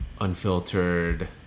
unfiltered